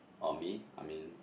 on me I mean